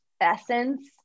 essence